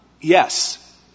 Yes